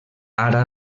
ara